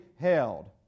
held